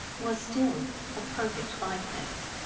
was still a perfect likeness.